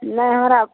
नहि हमरा